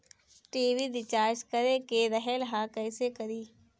TV recharge करे के रहल ह कइसे करी?